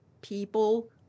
people